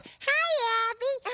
hi yeah abby.